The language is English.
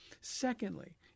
Secondly